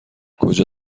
کجا